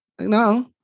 no